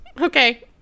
Okay